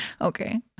Okay